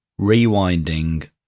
rewinding